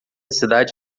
cidade